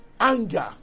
Anger